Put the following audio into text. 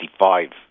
1965